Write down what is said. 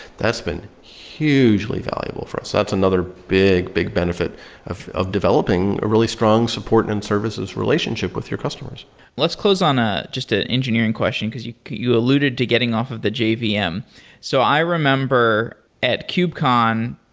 that's been hugely valuable for us. that's another big, big benefit of of developing a really strong support and services relationship with your customers let's close on a just an engineering question, because you you alluded to getting off of the jvm. so i remember at kubecon,